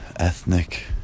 ethnic